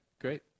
great